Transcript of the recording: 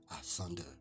asunder